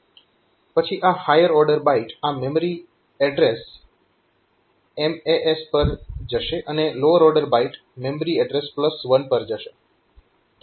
પછી આ higher order byte આ મેમરી એડ્રેસ MAs પર જશે અને લોઅર ઓર્ડર બાઈટ MAs1 પર જશે